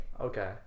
Okay